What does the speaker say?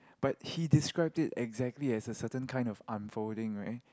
but he described it exactly as a certain kind of unfolding right